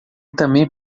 também